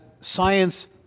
science